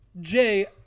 jay